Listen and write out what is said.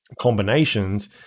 combinations